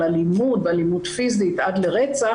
על אלימות ואלימות פיזית עד לרצח,